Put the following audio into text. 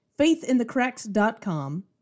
faithinthecracks.com